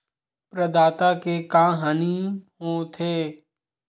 प्रदाता के का हानि हो थे?